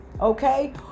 okay